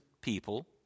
people